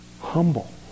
humble